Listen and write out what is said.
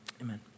Amen